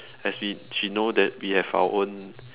as we she know that we have our own